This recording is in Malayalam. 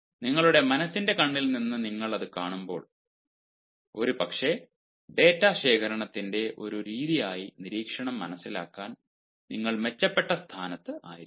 നിങ്ങളുടെ മനസ്സിന്റെ കണ്ണിൽ നിന്ന് നിങ്ങൾ അത് കാണുമ്പോൾ ഒരുപക്ഷേ ഡാറ്റ ശേഖരണത്തിന്റെ ഒരു രീതിയായി നിരീക്ഷണം മനസിലാക്കാൻ നിങ്ങൾ മെച്ചപ്പെട്ട സ്ഥാനത്ത് ആയിരിക്കും